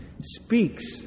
Speaks